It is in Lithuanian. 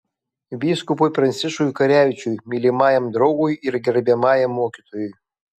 vyskupui pranciškui karevičiui mylimajam draugui ir gerbiamajam mokytojui